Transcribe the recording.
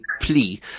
plea